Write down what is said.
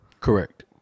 correct